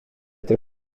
der